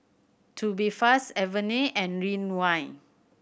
Tubifast Avene and Ridwind